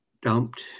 dumped